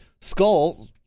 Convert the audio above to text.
skull